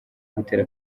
gutera